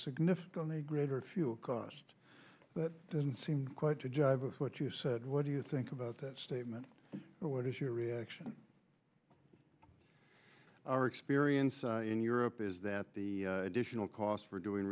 significantly greater fuel cost but doesn't seem quite to jibe with what you said what do you think about that statement or what is your reaction our experience in europe is that the additional cost for doing